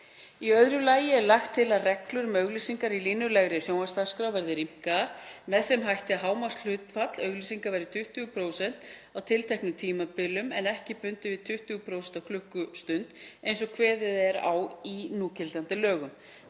Í öðru lagi er lagt til að reglur um auglýsingar í línulegri sjónvarpsdagskrá verði rýmkaðar með þeim hætti að hámarkshlutfall auglýsinga verði 20% á tilteknum tímabilum en ekki bundið við 20% á klukkustund eins og kveðið er á um í núgildandi lögum.